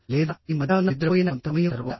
లేదా మీ మధ్యాహ్నం నిద్రపోయిన కొంత సమయం తరువాత